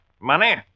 Money